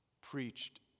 preached